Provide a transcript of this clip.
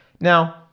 Now